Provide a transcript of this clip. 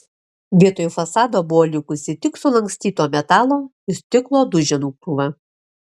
vietoj fasado buvo likusi tik sulankstyto metalo ir stiklo duženų krūva